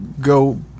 go